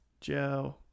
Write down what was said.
Joe